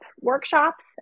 workshops